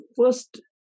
first